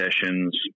sessions